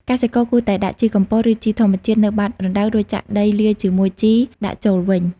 កសិករគួរតែដាក់ជីកំប៉ុស្ត ឬជីធម្មជាតិនៅបាតរណ្ដៅ រួចចាក់ដីលាយជាមួយជីដាក់ចូលវិញ។